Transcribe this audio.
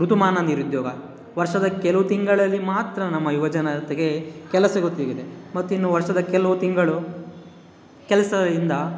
ಋತುಮಾನ ನಿರುದ್ಯೋಗ ವರ್ಷದ ಕೆಲವು ತಿಂಗಳಲ್ಲಿ ಮಾತ್ರ ನಮ್ಮ ಯುವಜನತೆಗೆ ಕೆಲಸ ಮತ್ತು ಇನ್ನು ವರ್ಷದ ಕೆಲವು ತಿಂಗಳು ಕೆಲಸದಿಂದ